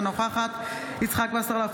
אינה נוכחת יצחק שמעון וסרלאוף,